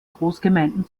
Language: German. großgemeinden